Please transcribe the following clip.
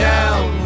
Down